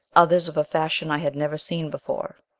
others of a fashion i had never seen before.